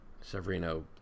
Severino